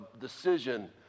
decision